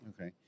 Okay